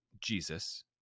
jesus